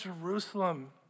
Jerusalem